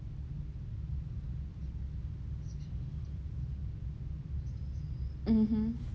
mmhmm